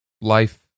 Life